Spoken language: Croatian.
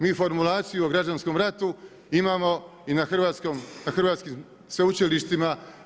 Mi formulaciju o građanskom ratu imamo i na hrvatskim sveučilištima.